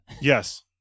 Yes